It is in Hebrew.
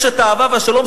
אשת האהבה והשלום,